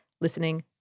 listening